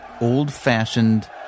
old-fashioned